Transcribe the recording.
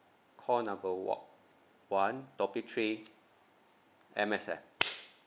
call number one one topic three M_S_F